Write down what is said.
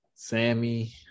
Sammy